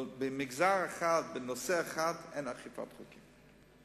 אבל במגזר אחד, בנושא אחד, אין אכיפת חוקים,